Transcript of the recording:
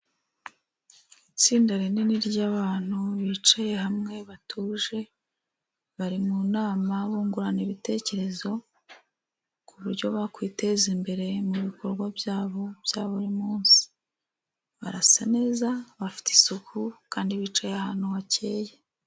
Itsinda rinini ry'abantu bicaye hamwe batuje, bari mu nama bungurana ibitekerezo, ku buryo bakwiteza imbere mubikorwa byabo bya buri munsi, barasa neza bafite isuku, kandi bicaye ahantu hakeye.